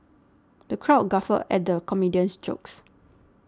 the crowd guffawed at the comedian's jokes